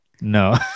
No